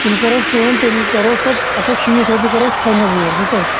تیٚلہِ کرہوس کأم تیٚلہِ کرہوس پتہٕ اکھ ہتھ شیٖتھ رۄپیہِ کرہوس فاینل ریٹ بوٗزتھا حظ